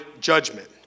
judgment